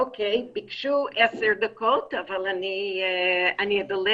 ביקשו עשר דקות אבל אני אדלג.